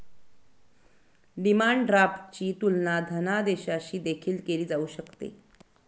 demand ड्राफ्टची तुलना धनादेशाशी देखील केली जाऊ शकते